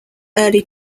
early